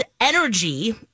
Energy